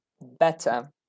better